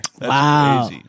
Wow